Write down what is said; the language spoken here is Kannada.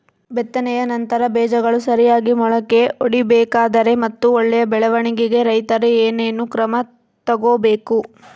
ಬಿತ್ತನೆಯ ನಂತರ ಬೇಜಗಳು ಸರಿಯಾಗಿ ಮೊಳಕೆ ಒಡಿಬೇಕಾದರೆ ಮತ್ತು ಒಳ್ಳೆಯ ಬೆಳವಣಿಗೆಗೆ ರೈತರು ಏನೇನು ಕ್ರಮ ತಗೋಬೇಕು?